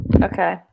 Okay